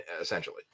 essentially